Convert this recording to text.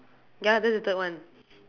ya that's the third one